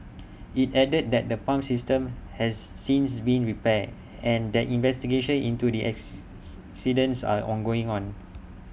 IT added that the pump system has since been repaired and that investigations into the are ongoing on